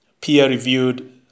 peer-reviewed